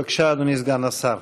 בבקשה, אדוני סגן השר.